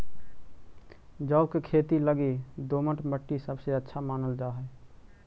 जौ के खेती लगी दोमट मट्टी सबसे अच्छा मानल जा हई